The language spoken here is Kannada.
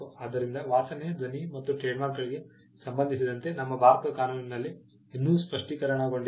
ಆದ್ದರಿಂದ ವಾಸನೆ ಧ್ವನಿ ಮತ್ತು ಟ್ರೇಡ್ಮಾರ್ಕ್ಗಳಿಗೆ ಸಂಬಂಧಿಸಿದಂತೆ ನಮ್ಮ ಭಾರತದ ಕಾನೂನಿನಲ್ಲಿ ಇನ್ನೂ ಸ್ಫಟಿಕೀಕರಣಗೊಂಡಿಲ್ಲ